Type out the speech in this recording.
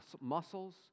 muscles